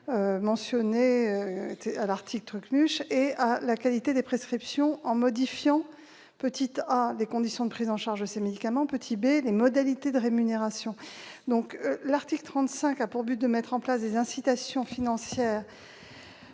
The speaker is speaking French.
mentionnés à l'article L. 165-1 et la qualité des prescriptions, en modifiant : a) Les conditions de prise en charge des médicaments [...]; b) Les modalités de rémunération ». L'article 35 a donc pour but de mettre en place des incitations financières